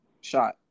shot